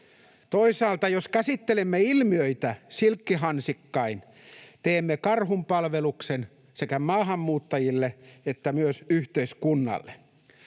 Toisaalta jos käsittelemme ilmiötä silkkihansikkain, teemme karhunpalveluksen sekä maahanmuuttajille että myös yhteiskunnalle.